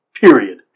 Period